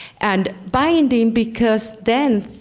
and binding because then